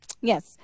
Yes